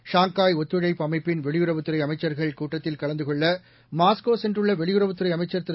Shanghai ஒத்துழைப்பு அமைப்பின் வெளியுறவுத்துறை அமைச்சர்கள் கூட்டத்தில் கலந்து கொள்ள மாஸ்கோ சென்றுள்ள வெளியுறவுத்துறை அமைச்சர் திரு